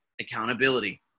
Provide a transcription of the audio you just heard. accountability